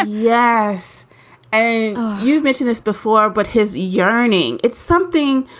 yes and you've mentioned this before. but his yearning, it's something